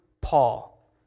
Paul